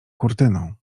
kurtyną